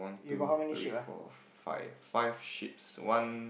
one two three four five five sheeps one